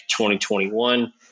2021